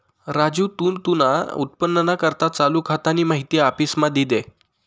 राजू तू तुना उत्पन्नना करता चालू खातानी माहिती आफिसमा दी दे